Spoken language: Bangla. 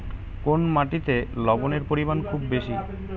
কোন মাটিতে লবণের পরিমাণ খুব বেশি?